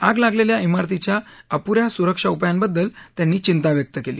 आग लागलेल्या इमारतीच्या अपु या सुरक्षा उपायांबद्दल त्यांनी चिंता व्यक्त केली